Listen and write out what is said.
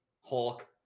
hulk